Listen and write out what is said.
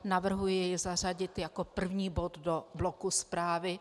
Navrhuji jej zařadit jako první bod do bloku zprávy.